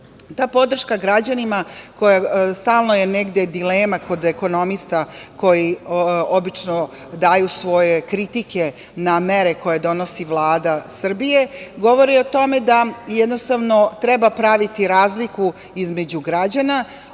podršaka građanima stalno je negde dilema kod ekonomista koji obično daju svoje kritike na mere koje donosi Vlada Srbije. Govori o tome da treba praviti razliku između građana.